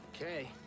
Okay